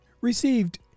Received